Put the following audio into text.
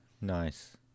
Nice